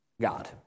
God